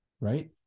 Right